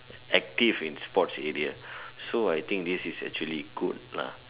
active in sports area so I think this is actually good lah